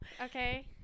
Okay